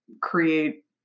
create